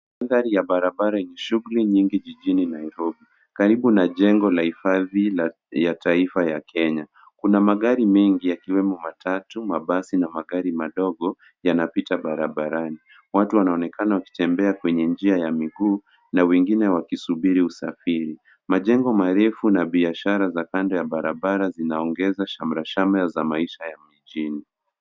Mandhari ya barabara yenye shughuli nyingi jijini Nairobi. Karibu na jengo la hifadhi ya taifa la Kenya, kuna magiri mengi yakiwemo matatu, mabasi na magari madogo yanapita barabarani. Watu wanaonekana wakitembea kwenye njia ya miguu na wengine wakisubiri usafiri. Majengo marefu na biashara za kando ya barabara zinaongeza shamrashamra za maisha ya mjini.